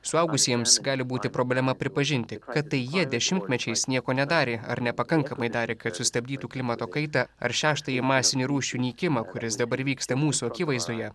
suaugusiems gali būti problema pripažinti kad tai jie dešimtmečiais nieko nedarė ar nepakankamai darė kad sustabdytų klimato kaitą ar šeštąjį masinį rūšių nykimą kuris dabar vyksta mūsų akivaizdoje